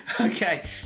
Okay